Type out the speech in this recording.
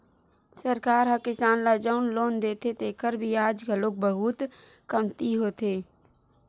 सरकार ह किसान ल जउन लोन देथे तेखर बियाज घलो बहुते कमती होथे